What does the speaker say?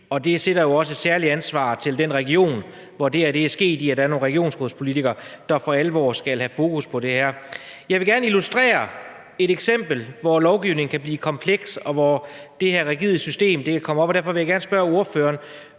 Det sætter sig jo også spor i et særligt ansvar hos den region, hvor det her er sket, og hvor der er nogle regionsrådspolitikere, der for alvor skal have fokus på det her. Jeg vil gerne illustrere med et eksempel, hvor kompleks lovgivningen kan blive, og hvor rigidt det her system er, og derfor vil jeg gerne spørge ordføreren